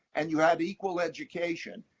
and you have equal education,